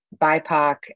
BIPOC